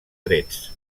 trets